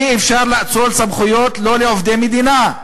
אי-אפשר לאצול סמכויות אלא לעובדי מדינה.